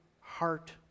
heart